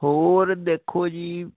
ਹੋਰ ਦੇਖੋ ਜੀ